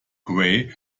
grey